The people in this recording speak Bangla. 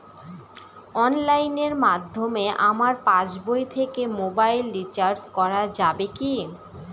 অনলাইনের মাধ্যমে আমার পাসবই থেকে মোবাইল রিচার্জ করা যাবে কি?